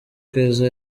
keza